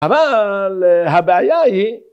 אבל הבעיה היא